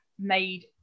made